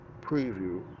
preview